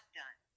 done